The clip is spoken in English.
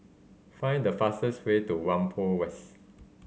find the fastest way to Whampoa West